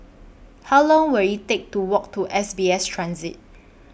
How Long Will IT Take to Walk to S B S Transit